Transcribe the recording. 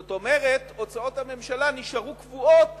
זאת אומרת הוצאות הממשלה נשארו קבועות